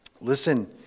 Listen